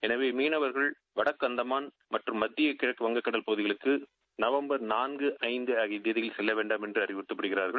எனவே மிடீனவர்கள் வடக்கு அற்தமான மற்றும் மத்திய கிழக்கு வங்கக் கடற்பகுதிகளுக்கு நூன்கு ஜந்து ஆகிய தேதிகளில் செல்ல வேண்டாம் என்று அறிவறுத்தப்படுகிறார்கள்